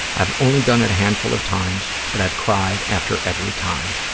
i've only done it a handful of times, but i've cried after every time.